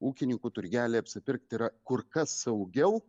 ūkininkų turgelyje apsipirkti yra kur kas saugiau